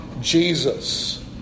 Jesus